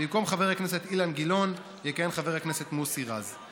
במקום חבר הכנסת אילן גילאון יכהן חבר הכנסת מוסי רז.